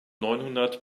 neunhundert